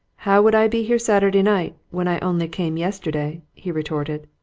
how would i be here saturday night when i only came yesterday? he retorted.